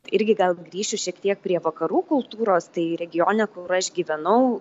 irgi gal grįšiu šiek tiek prie vakarų kultūros tai regione kur aš gyvenau